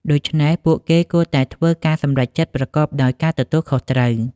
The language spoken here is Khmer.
ដូច្នេះពួកគេគួរតែធ្វើការសម្រេចចិត្តប្រកបដោយការទទួលខុសត្រូវ។